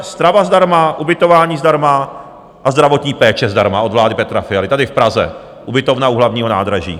Strava zdarma, ubytování zdarma a zdravotní péče zdarma od vlády Petra Fialy, tady v Praze, ubytovna u Hlavního nádraží.